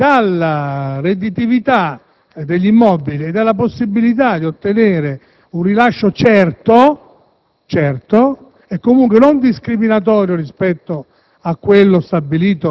che, dalla redditività degli immobili e dalla possibilità di ottenere un rilascio certo e comunque non discriminatorio rispetto a